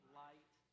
light